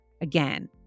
again